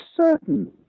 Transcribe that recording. certain